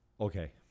Okay